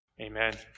Amen